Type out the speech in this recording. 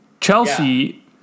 Chelsea